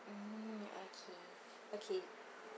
mm okay okay